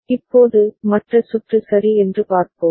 இப்போது மற்ற சுற்று சரி என்று பார்ப்போம்